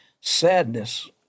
sadness